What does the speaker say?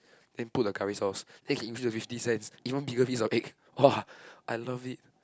then put the curry sauce then can increase to fifty cents even bigger piece of egg !wah! I love it